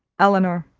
elinor,